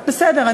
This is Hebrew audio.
בסדר.